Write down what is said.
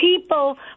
People